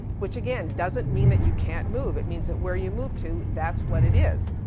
which again doesn't mean that you can't move, it means that where you move to that's what it is.